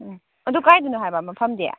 ꯎꯝ ꯑꯗꯨ ꯀꯗꯥꯏꯗꯅꯣ ꯍꯥꯏꯕ ꯃꯐꯝꯗꯤ